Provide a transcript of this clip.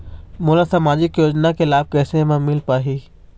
मोला सामाजिक योजना के लाभ कैसे म मिल पाही?